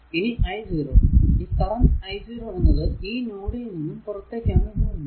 ഇനി i 0 ഈ current i 0 എന്നത് ഈ നോഡിൽ നിന്നും പുറത്തേക്കാണ് പോകുന്നത്